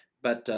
but,